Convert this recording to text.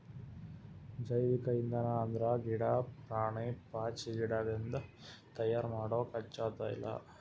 ಜೈವಿಕ್ ಇಂಧನ್ ಅಂದ್ರ ಗಿಡಾ, ಪ್ರಾಣಿ, ಪಾಚಿಗಿಡದಿಂದ್ ತಯಾರ್ ಮಾಡೊ ಕಚ್ಚಾ ತೈಲ